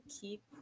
keep